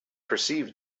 perceived